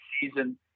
season